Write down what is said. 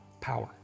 power